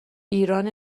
ایران